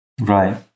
Right